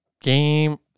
game